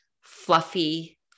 fluffy